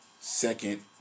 Second